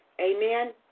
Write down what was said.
Amen